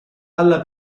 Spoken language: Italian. alla